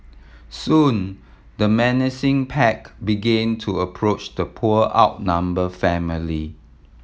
soon the menacing pack began to approach the poor outnumber family